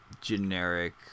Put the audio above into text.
generic